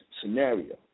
scenario